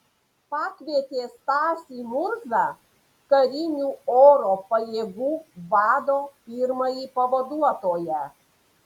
pakvietė stasį murzą karinių oro pajėgų vado pirmąjį pavaduotoją